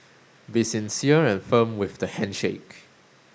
be sincere and firm with the handshake